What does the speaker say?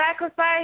Sacrifice